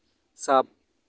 ᱥᱟᱵ